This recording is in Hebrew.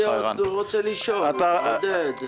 אני עוד רוצה לשאול, עודד.